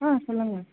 ஆ சொல்லுங்க